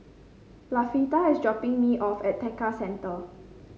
Latifah is dropping me off at Tekka Centre